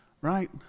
Right